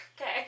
Okay